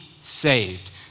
saved